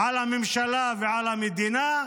על הממשלה ועל המדינה,